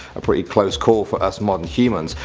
a pretty close call for us modern humans.